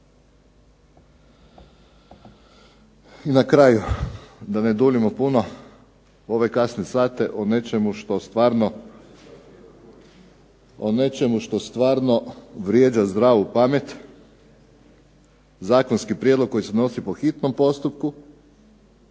I na kraju da ne duljimo puno u ove kasne sate o nečemu što stvarno vrijeđa zdravu pamet, zakonski prijedlog koji se donosi po hitnom postupku,